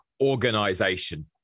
organization